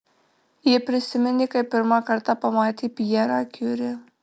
ji prisiminė kaip pirmą kartą pamatė pjerą kiuri